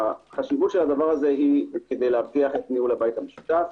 החשיבות של הדבר הזה היא כדי להבטיח את ניהול הבית המשותף.